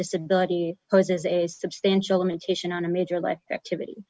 disability poses a substantial mentation on a major like activit